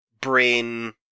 brain